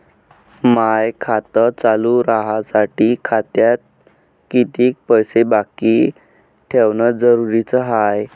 माय खातं चालू राहासाठी खात्यात कितीक पैसे बाकी ठेवणं जरुरीच हाय?